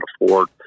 afford